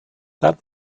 that